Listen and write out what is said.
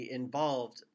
involved